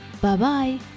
Bye-bye